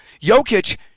Jokic